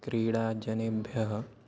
क्रीडाजनेभ्यः